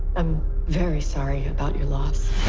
i'm very sorry about your loss.